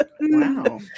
Wow